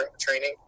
training